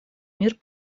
мир